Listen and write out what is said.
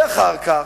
אחר כך,